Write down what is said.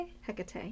Hecate